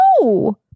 No